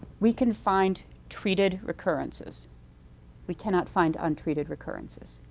we can find treated recurrences we cannot find untreated recurrences.